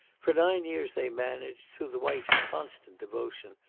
for nine years they managed, through the wife's constant devotion,